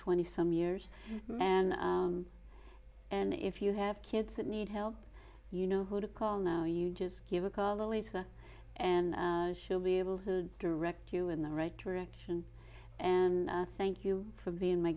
twenty some years and if you have kids that need help you know who to call now you just give a call the least and she'll be able to direct you in the right direction and thank you for being my